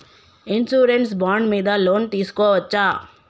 Insurance bond మీద loan తీస్కొవచ్చా?